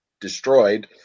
destroyed